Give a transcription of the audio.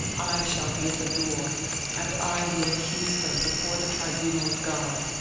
i shall be at the door and i will accuse them before the tribunal of god.